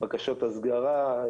בקשות הסגרה,